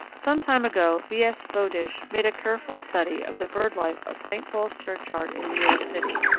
some time ago b. s. bowdish made a careful study of the bird life of st. paul's churchyard, in new york city.